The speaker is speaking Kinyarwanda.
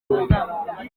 mbere